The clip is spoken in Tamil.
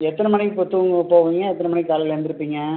எத்தனை மணிக்கு இப்போது தூங்க போவீங்க எத்தனை மணிக்கு காலையில் எழுந்திரிப்பீங்க